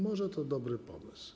Może to dobry pomysł.